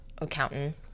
accountant